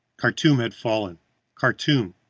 khartum had fallen khartum,